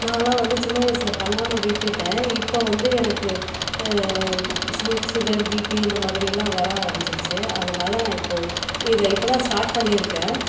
நானெலாம் வந்து சின்ன வயதுல பண்ணாமல் விட்டுட்டேன் இப்போது வந்து எனக்கு சு சுகர் பிபி இந்தமாதிரி எல்லாம் வர ஆரம்பிச்சிருச்சு அதனால் நான் இப்போது இதை இப்போ தான் ஸ்டார்ட் பண்ணிருக்கேன்